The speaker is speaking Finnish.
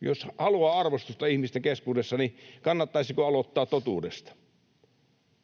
Jos haluaa arvostusta ihmisten keskuudessa, niin kannattaisiko aloittaa totuudesta?